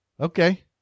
Okay